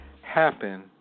happen